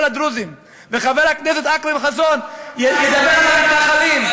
הדרוזים וחבר הכנסת אכרם חסון ידבר על המתנחלים,